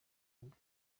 nibwo